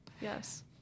Yes